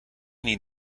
need